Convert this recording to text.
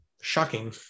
shocking